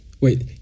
wait